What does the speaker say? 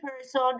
person